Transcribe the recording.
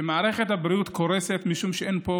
מערכת הבריאות קורסת משום שאין פה